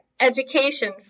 education